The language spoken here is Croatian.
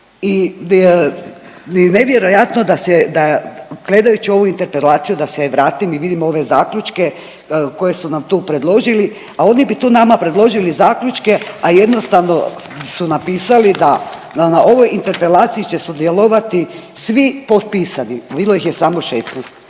i nevjerojatno da se, da gledajući ovu Interpelaciju, da se vratim i vidim ove zaključke koje su nam tu predložili, a oni bi tu nama predložili zaključke, a jednostavno su napisali da na ovoj Interpelaciji će sudjelovati svi potpisani. Bilo ih je samo 16,